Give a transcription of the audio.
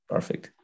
Perfect